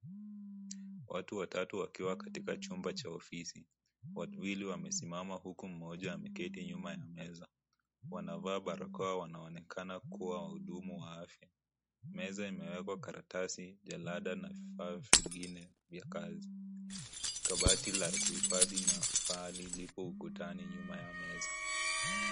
Watu watatu wakiwa katika chumba cha ofisi. Wawili wamesimama huku mmoja ameketi nyuma ya meza. Wanavaa barakoa wanaonekana kuwa wahudumu wa afya. Meza imewekwa karatasi, jalada na vifaa vingine vya kazi. Kabati la kuhifadhi mafaili lipo ukutani nyuma ya meza.